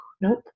nope